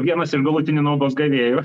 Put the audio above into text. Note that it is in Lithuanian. vienas iš galutinių naudos gavėjų